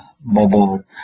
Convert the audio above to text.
mobile